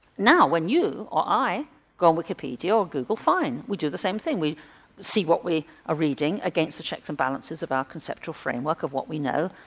now when you or i go wikipedia or google fine, we do the same thing, we see what we are reading against the checks and balances of our conceptual framework of what we know,